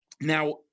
now